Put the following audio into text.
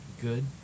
Good